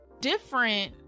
different